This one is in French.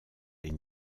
les